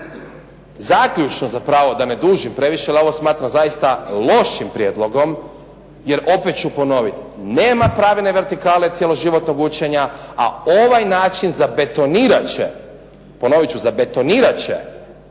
Zaključno, zapravo da ne dužim previše, jer ovo smatram zaista lošim prijedlogom. Jer opet ću ponoviti nema pravilne vertikalne cjeloživotnog učenja, a ovaj način zabetonirat će, ponovit ću zabetonirat